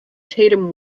tatum